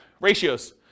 ratios